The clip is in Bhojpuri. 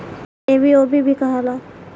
ई बी.ओ.बी भी कहाला